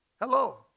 hello